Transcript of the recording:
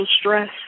stress